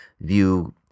view